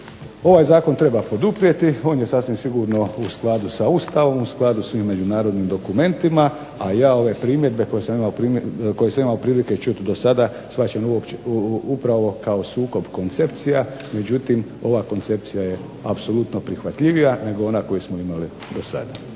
ovaj Zakon treba poduprijeti on je sasvim sigurno u skladu sa Ustavom, u skladu sa međunarodnim dokumentima, a ja ove primjedbe koje sam imao prilike čuti do sada shvaćam upravo kao sukob koncepcija međutim, ova koncepcija je apsolutno prihvatljivija nego ona koju smo imali do sada.